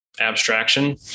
abstraction